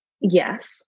Yes